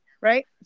right